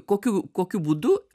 kokiu kokiu būdu